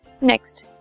Next